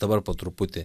dabar po truputį